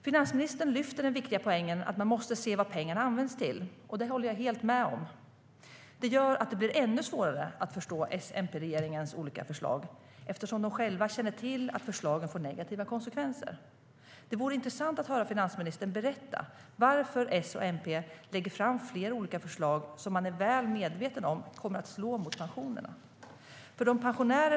Finansministern lyfter fram den viktiga poängen att man måste se vad pengarna används till. Det håller jag helt med om. Det gör att det blir ännu svårare att förstå S-MP-regeringens olika förslag eftersom man själv känner till att förslagen får negativa konsekvenser. Det vore intressant att höra finansministern berätta varför S och MP lägger fram flera olika förslag som man är väl medveten om kommer att slå mot pensionerna.